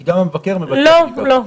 לא.